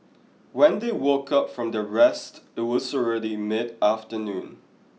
when they woke up from their rest it was already mid afternoon